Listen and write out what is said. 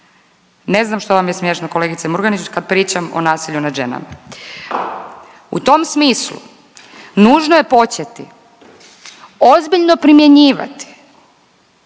Ne znam što vam je smiješno kolegice Murganić kad pričam o nasilju nad ženama. U tom smislu nužno je početi ozbiljno primjenjivati